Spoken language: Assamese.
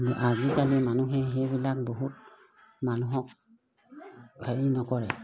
আজিকালি মানুহে সেইবিলাক বহুত মানুহক হেৰি নকৰে